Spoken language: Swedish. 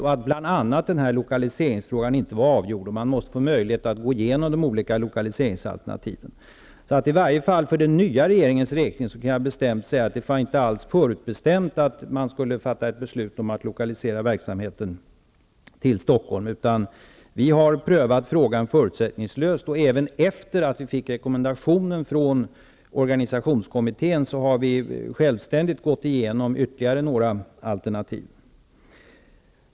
Eftersom bl.a. lokaliseringsfrågan inte var avgjord, måste man få möjlighet att gå igenom de olika lokaliseringsalternativen. För den nya regeringens räkning kan jag bestämt säga att det inte alls var förutbestämt att man skulle fatta beslutet att verksamheten skulle lokaliseras till Stockholm. Vi har prövat frågan förutsättningslöst. Även efter det att vi fick rekommendationen från organisationskommittén har vi självständigt gått igenom ytterligare några alternativ.